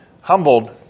humbled